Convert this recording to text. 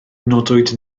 nodwyd